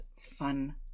fun